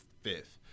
fifth